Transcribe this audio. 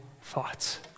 thoughts